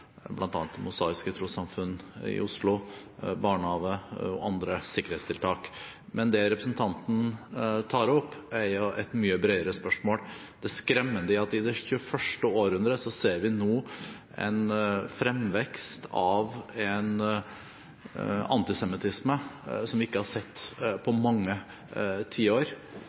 Det Mosaiske Trossamfund i Oslo, barnehage – og andre sikkerhetstiltak. Men det representanten tar opp, er et mye bredere spørsmål. Det er skremmende at i det 21. århundre ser vi nå en fremvekst av en antisemittisme som vi ikke har sett på